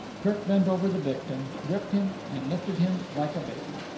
kirk bent over the victim, gripped him, and lifted him like a baby.